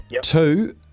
two